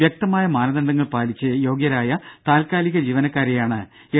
വ്യക്തമായ മാനദണ്ഡങ്ങൾ പാലിച്ച് യോഗ്യരായ താത്കാലിക ജീവനക്കാരെയാണ് എൽ